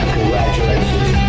Congratulations